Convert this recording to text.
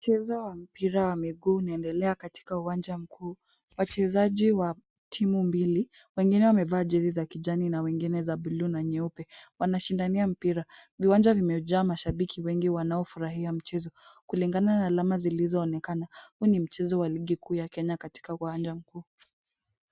Mchezo wa mpira wa miguu unaendelea katika uwanja mkuu. Wachezaji wa timu mbili, wengine wamevaa jezi za kijani na wengine za bluu na nyeupe. Wanashindania mpira. Viwanja vimejaa mashabiki wengi wanaofurahia mchezo. Kulingana na alama zilizoonekana, huu ni mchezo wa ligi kuu ya Kenya katika uwanja mkuu.